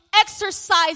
exercise